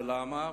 ולמה?